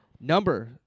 Number